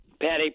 Patty